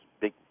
big